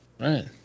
Right